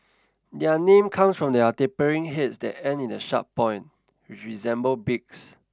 their name comes from their tapering heads that end in a sharp point which resemble beaks